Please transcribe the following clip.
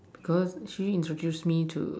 cause she introduced me to